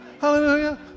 Hallelujah